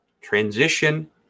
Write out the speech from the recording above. transition